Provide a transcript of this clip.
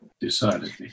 Decidedly